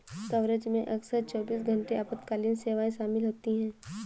coverage में अक्सर चौबीस घंटे आपातकालीन सेवाएं शामिल होती हैं